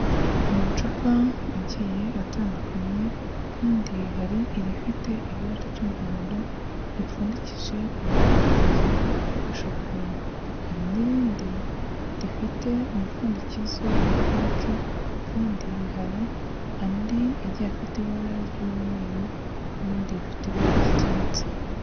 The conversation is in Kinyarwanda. Amacupa agiye atandukanye kandi hari irifite ibara ry'umuhondo, ripfundikije umupfundikizo wa shokora, hari n'irindi rifite umupfundikizo wa pinki, kandi hari andi agiye afite ibara ry'umweru n'irindi rifite ibara ry'icyatsi.